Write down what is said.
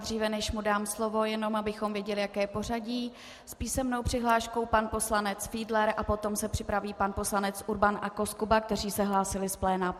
Dříve než mu dám slovo, jenom abychom věděli, jaké je pořadí s písemnou přihláškou pan poslanec Fiedler a potom se připraví pan poslanec Urban a Koskuba, kteří se hlásili z pléna.